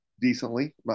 decently